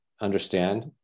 understand